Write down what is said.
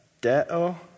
deo